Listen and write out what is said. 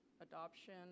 adoption